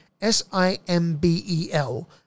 S-I-M-B-E-L